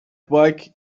bike